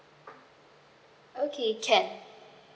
okay can